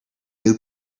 new